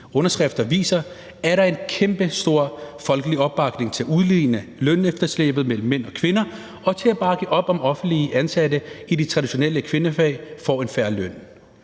underskrifter, viser, er der en kæmpestor folkelig opbakning til at udligne lønefterslæbet mellem mænd og kvinder og til at bakke op om, at offentligt ansatte i de traditionelle kvindefag får en fair løn.